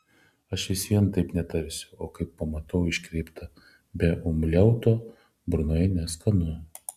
aš vis vien taip netarsiu o kai pamatau iškreiptą be umliauto burnoje neskanu